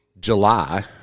July